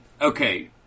Okay